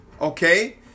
Okay